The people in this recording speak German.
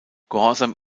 gehorsam